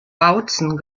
bautzen